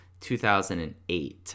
2008